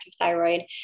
thyroid